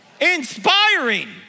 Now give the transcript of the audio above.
Inspiring